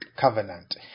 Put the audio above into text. covenant